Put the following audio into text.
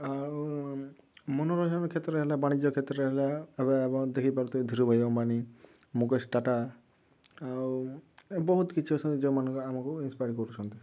ଆଉ ମନୋରଞ୍ଜନ କ୍ଷେତ୍ରରେ ହେଲା ବାଣିଜ୍ୟ କ୍ଷେତ୍ରରେ ହେଲା ଏବେ ଏବଂ ଦେଖିପାରୁଥିବେ ଧିରୂ ଭାଇ ଅମ୍ବାନି ମୁକେଶ ଟାଟା ଆଉ ଏ ବହୁତ କିଛି ଅଛି ଯେଉଁମାନେ କି ଆମକୁ ଇନସ୍ପପାୟାର୍ଡ଼ କରୁଛନ୍ତି